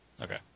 Okay